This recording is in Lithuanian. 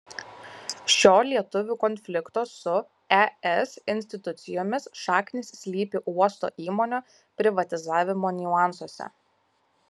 šio lietuvių konflikto su es institucijomis šaknys slypi uosto įmonių privatizavimo niuansuose